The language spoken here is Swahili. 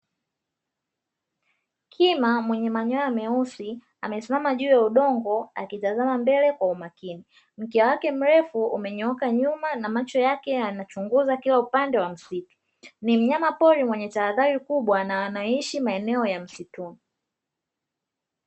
Kima mwenye manyoya meusi amesimama juu ya udongo akitazama mbele kwa umakini, mkia wake mrefu umenyooka nyuma na macho yake yanachunguza kila upande wa msitu, ni mnyama pori mwenye tahadhari kubwa na anaishi maeneo ya msituni.